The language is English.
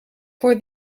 for